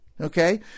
Okay